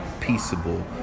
peaceable